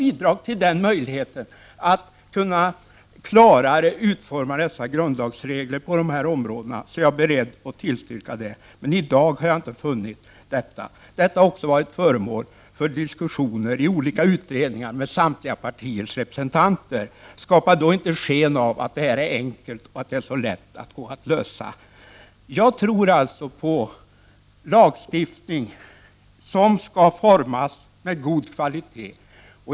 När vi har möjlighet att klarare utforma grundlagsreglerna på dessa områden är jag beredd att tillstyrka, men jag har inte funnit att det är möjligt i dag. Det här har varit föremål för diskussion i olika utredningar där samtliga partier har varit representerade. Ge då inte sken av att det här är så enkelt att lösa. Jag tror alltså på lagstiftning av god kvalitet.